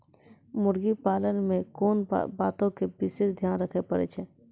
मुर्गी पालन मे कोंन बातो के विशेष ध्यान रखे पड़ै छै?